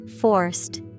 Forced